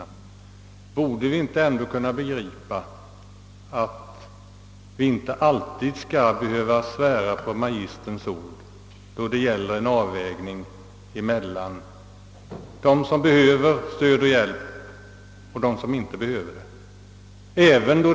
Vi borde kunna inse att vi inte alltid skall behöva svära på magisterns ord när det gäller en avvägning mellan anslagen till sådana, som på grund av handikapp behöver stöd och hjälp, och sådana som inte behöver detta.